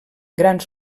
grans